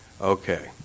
Okay